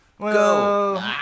go